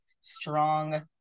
strong